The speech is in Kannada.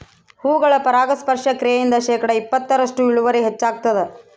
ಹೂಗಳ ಪರಾಗಸ್ಪರ್ಶ ಕ್ರಿಯೆಯಿಂದ ಶೇಕಡಾ ಇಪ್ಪತ್ತರಷ್ಟು ಇಳುವರಿ ಹೆಚ್ಚಾಗ್ತದ